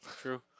True